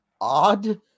odd